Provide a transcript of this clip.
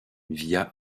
via